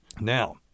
Now